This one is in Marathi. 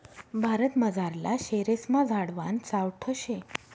भारतमझारला शेरेस्मा झाडवान सावठं शे